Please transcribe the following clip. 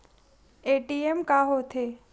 ATM का होथे?